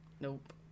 Nope